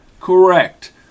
Correct